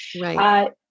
Right